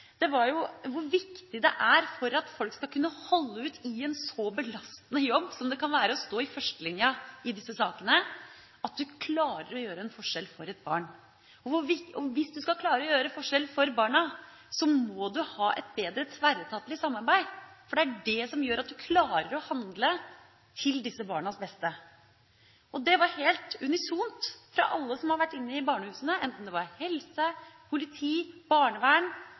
hvor viktige de er for at folk skal kunne holde ut i en så belastende jobb som det kan være å stå i førstelinja i disse sakene, at man klarer å gjøre en forskjell for et barn. Hvis du skal klare å gjøre en forskjell for barna, må du ha et bedre tverretatlig samarbeid, for det er det som gjør at du klarer å handle til disse barnas beste – det var helt unisont fra alle som har vært innom barnehusene, enten det var ansatte innen helse, politi, barnevern,